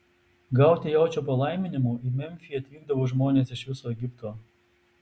gauti jaučio palaiminimo į memfį atvykdavo žmonės iš viso egipto